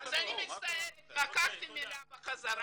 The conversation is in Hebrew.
אז אני מצטערת, לקחתי את המילה בחזרה,